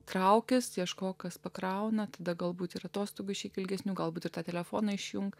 traukiasi ieškok kas pakrauna tada galbūt ir atostogų iš ilgesnių galbūt tą telefoną išjungti